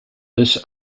this